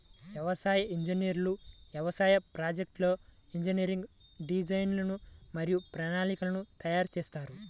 వ్యవసాయ ఇంజనీర్లు వ్యవసాయ ప్రాజెక్ట్లో ఇంజనీరింగ్ డిజైన్లు మరియు ప్రణాళికలను తయారు చేస్తారు